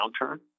downturn